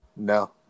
No